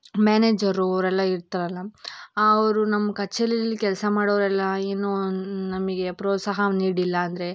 manager ಅವರೆಲ್ಲ ಇರ್ತಾರಲ್ಲ ಅವರು ನಮ್ಮ ಕಚೇರಿಲಿ ಕೆಲಸ ಮಾಡೋರೆಲ್ಲ ಏನು ನಮಗೆ ಪ್ರೋತ್ಸಾಹ ನೀಡಿಲ್ಲ ಅಂದರೆ